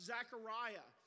Zechariah